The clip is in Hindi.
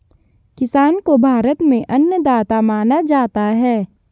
किसान को भारत में अन्नदाता माना जाता है